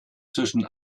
zwischen